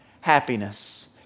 happiness